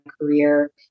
career